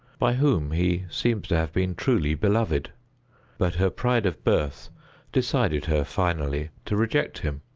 by whom he seems to have been truly beloved but her pride of birth decided her, finally, to reject him,